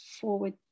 forward